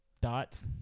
Dots